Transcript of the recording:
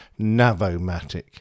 Navomatic